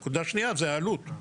הנקודה השנייה היא העלות.